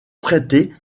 prêté